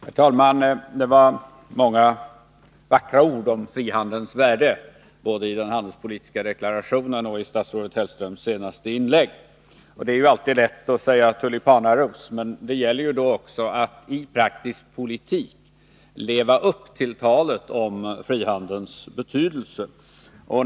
Herr talman! Det var många vackra ord om frihandelns värde både i den handelspolitiska deklarationen och i statsrådet Hellströms senaste inlägg. Det är alltid lätt att säga tulipanaros, men det gäller också att i praktisk politik leva upp till talet om frihandelns betydelse.